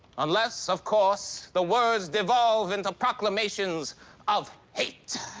unless, of course, the words devolve into proclamations of hate.